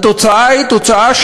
תודה רבה.